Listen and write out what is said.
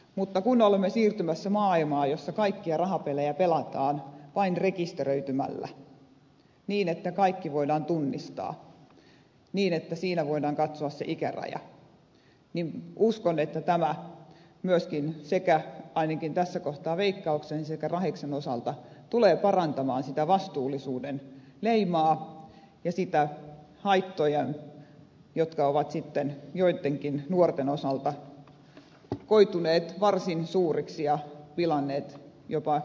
mutta kun olemme siirtymässä maailmaan jossa kaikkia rahapelejä pelataan vain rekisteröitymällä niin että kaikki voidaan tunnistaa niin että siinä voidaan katsoa se ikäraja uskon että tämä myöskin ainakin tässä kohtaa veikkauksen sekä rahiksen osalta tulee parantamaan sitä vastuullisuuden leimaa ja vähentämään niitä haittoja jotka ovat sitten joittenkin nuorten osalta koituneet varsin suuriksi ja pilanneet jopa heidän elämänsä